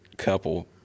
Couple